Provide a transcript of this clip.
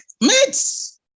mates